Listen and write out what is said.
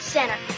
Center